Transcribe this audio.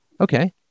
Okay